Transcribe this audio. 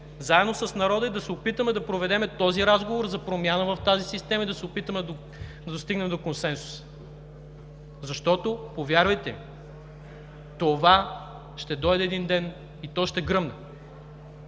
заедно с народа, и да се опитаме да проведем този разговор за промяна в тази система, и да се опитаме да достигнем до консенсус. Защото, повярвайте ми, това ще дойде един ден и то ще гръмне.